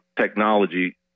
technology